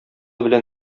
белән